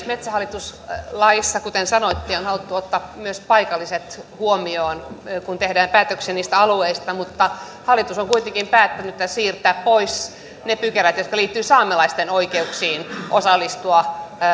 metsähallitus laissa kuten sanoitte on haluttu ottaa myös paikalliset huomioon kun tehdään päätöksiä niistä alueista mutta hallitus on kuitenkin päättänyt siirtää pois ne pykälät jotka liittyvät saamelaisten oikeuksiin osallistua